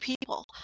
people